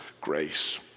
grace